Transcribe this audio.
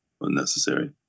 unnecessary